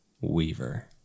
Weaver